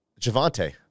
Javante